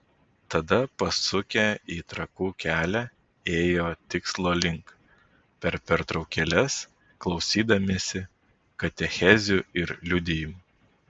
tada pasukę į trakų kelią ėjo tikslo link per pertraukėles klausydamiesi katechezių ir liudijimų